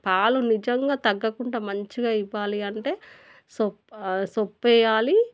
పాలు నిజంగా తగ్గకుండా మంచిగా ఇవ్వాలి అంటే సొ చొప్ప వెయ్యాలి